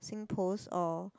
SingPost or